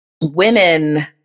women